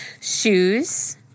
shoes